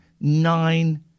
nine